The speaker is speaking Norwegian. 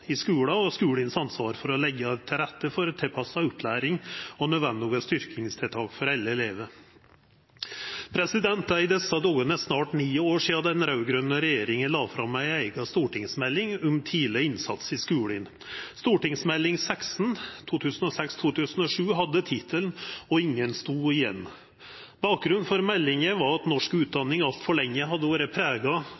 i skulen og skulens ansvar for å leggja til rette for tilpassa opplæring og nødvendige styrkingstiltak for alle elevar. Det er i desse dagar snart ni år sidan den raud-grøne regjeringa la fram ei eiga stortingsmelding om tidleg innsats i skulen. St.meld. nr. 16 for 2006–2007 hadde tittelen «... og ingen sto igjen – Tidlig innsats for livslang læring». Bakgrunnen for meldinga var at norsk